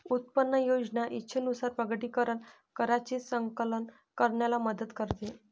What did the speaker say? उत्पन्न योजना इच्छेनुसार प्रकटीकरण कराची संकलन करण्याला मदत करते